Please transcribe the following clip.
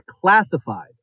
classified